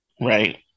right